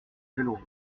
velours